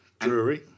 Drury